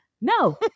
No